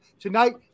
Tonight